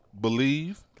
Believe